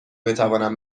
بتوانم